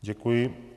Děkuji.